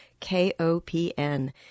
KOPN